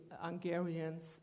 Hungarians